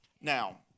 Now